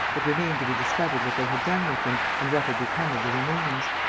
it remained to be discovered what they had done with them and what had become of the remains.